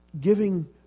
giving